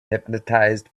hypnotized